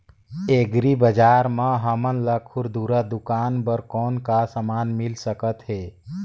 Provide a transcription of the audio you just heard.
Agri बजार म हमन ला खुरदुरा दुकान बर कौन का समान मिल सकत हे?